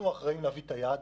אנחנו אחראים להביא את היעד.